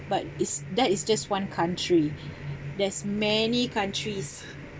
but it's that is just one country there's many countries